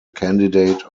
candidate